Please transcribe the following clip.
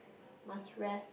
must rest